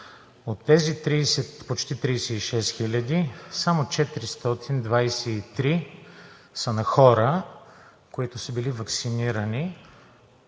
От тези почти 36 хиляди само 423 са на хора, които са били ваксинирани